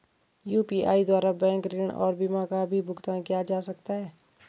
UPI द्वारा bank ऋण और बीमा का भी भुगतान किया जा सकता है?